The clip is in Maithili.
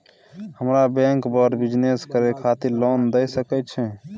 हमरा बैंक बर बिजनेस करे खातिर लोन दय सके छै?